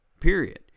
Period